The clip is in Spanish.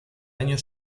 año